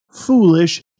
foolish